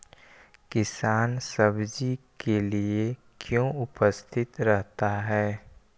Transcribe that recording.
किसान सब्जी के लिए क्यों उपस्थित रहता है?